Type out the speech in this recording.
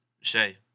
Shay